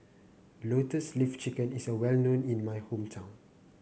Lotus Leaf Chicken is a well known in my hometown